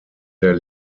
der